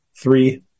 three